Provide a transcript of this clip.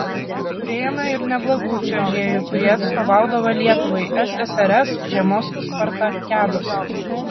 turėjome ir neblogų čiuožėjų kurie atstovaudavo lietuvai ssrs žiemos spartakiadose